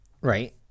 Right